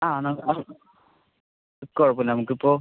ആ നമ്മൾക്ക് കുഴപ്പമില്ല നമ്മൾക്ക് ഇപ്പോൾ